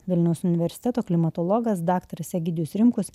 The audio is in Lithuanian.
vilniaus universiteto klimatologas daktaras egidijus rimkus